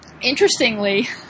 Interestingly